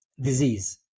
disease